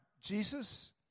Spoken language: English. Jesus